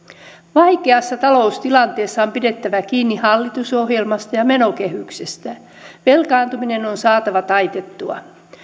vaikeassa taloustilanteessa on pidettävä kiinni hallitusohjelmasta ja menokehyksestä velkaantuminen on saatava taitettua